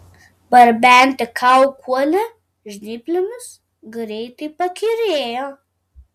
barbenti kaukolę žnyplėmis greitai pakyrėjo